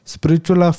Spiritual